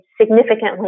significantly